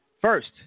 First